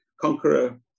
conqueror